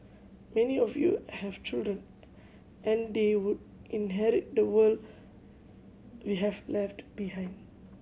many of you have children and they would inherit the world we have left behind